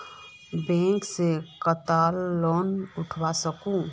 Bank से कतला loan उठवा सकोही?